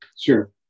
Sure